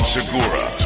Segura